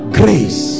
grace